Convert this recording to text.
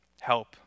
help